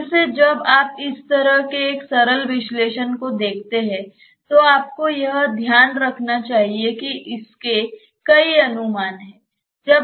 फिर से जब आप इस तरह के एक सरल विश्लेषण को देखते हैं तो आपको यह ध्यान रखना चाहिए कि इसके कई अनुमान हैं